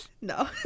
No